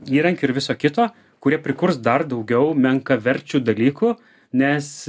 įrankių ir viso kito kurie prikurs dar daugiau menkaverčių dalykų nes